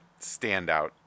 standout